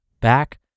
back